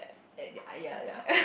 ya ya